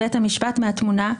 גם שם ביקשנו להתמקד השבוע,